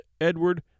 Edward